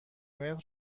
متر